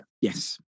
yes